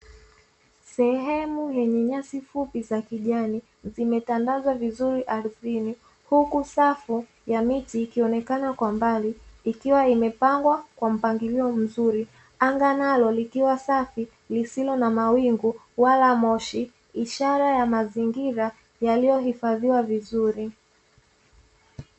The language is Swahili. Sehemu yenye nyasi fupi za kijani, zimetandazwa vizuri ardhini huku safu ya miti ikionekana kwa mbali, ikiwa imepangwa kwa mpangilio mzuri. Anga nalo likiwa safi, lisilo na mawingu wala moshi. Ishara ya mazingira yaliyohifadhiwa vizuri.